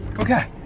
okay,